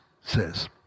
says